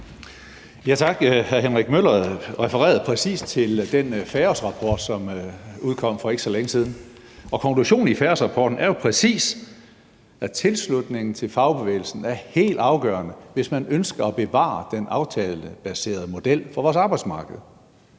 Hr. Henrik Møller refererede præcis til den FAOS-rapport, som udkom for ikke så længe siden. Konklusionen i FAOS-rapporten er jo præcis, at tilslutningen til fagbevægelsen er helt afgørende, hvis man ønsker at bevare den aftalebaserede model for vores arbejdsmarked.